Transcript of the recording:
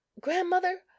Grandmother